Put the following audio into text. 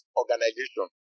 organization